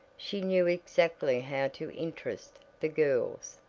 she knew exactly how to interest the girls,